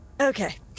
okay